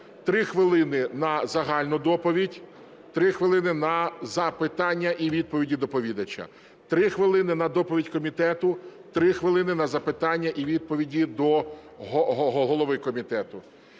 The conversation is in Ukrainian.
3 хвилини – на загальну доповідь, 3 хвилини – на запитання і відповіді доповідача, 3 хвилини – на доповідь комітету, 3 хвилини – на запитання і відповіді до голови комітету;